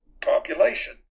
population